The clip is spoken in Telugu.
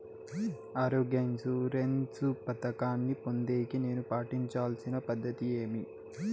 ఆరోగ్య ఇన్సూరెన్సు పథకాన్ని పొందేకి నేను పాటించాల్సిన పద్ధతి ఏమి?